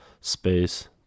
space